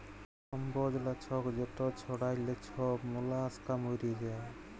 কম্বজ লাছক যেট ছড়াইলে ছব মলাস্কা মইরে যায়